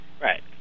Right